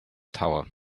tower